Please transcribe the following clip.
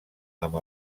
amb